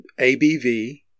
ABV